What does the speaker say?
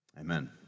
Amen